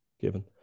given